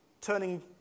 turning